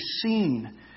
seen